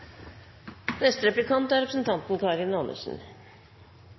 neste og siste replikant representanten